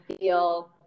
feel